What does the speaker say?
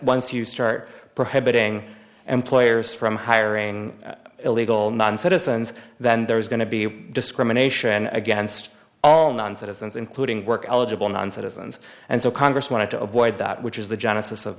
once you start prohibiting employers from hiring illegal non citizens then there is in to be discrimination against all non citizens including work eligible non citizens and so congress wanted to avoid that which is the genesis of